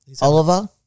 Oliver